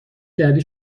کردی